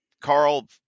Carl